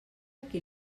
qui